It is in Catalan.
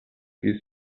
qui